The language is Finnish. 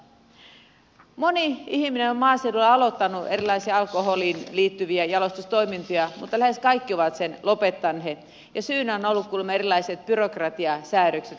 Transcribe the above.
moni ihminen on maaseudulla aloittanut erilaisia alkoholiin liittyviä jalostustoimintoja mutta lähes kaikki ovat sen lopettaneet ja syynä ovat olleet kuulemma erilaiset byrokratiasäädökset ja kuviot